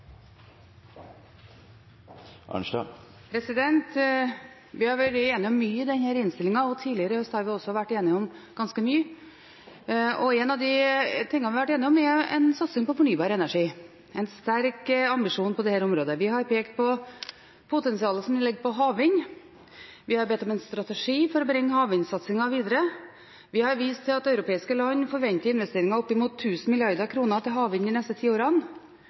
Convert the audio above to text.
Vi har vært gjennom mye i denne innstillingen. Tidligere i høst har vi også vært enige om ganske mye. En av de tingene vi har vært enige om, er satsing på fornybar energi. Vi har hatt en sterk ambisjon på dette området. Vi har pekt på potensialet som ligger i havvind. Vi har bedt om en strategi for å bringe havvindsatsingen videre. Vi har vist til at europeiske land forventer investeringer opp i mot 1 000 mrd. kr til havvind de neste ti årene.